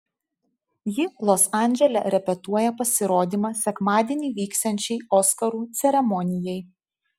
ji los andžele repetuoja pasirodymą sekmadienį vyksiančiai oskarų ceremonijai